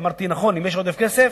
אמרתי: נכון, אם יש עודף כסף,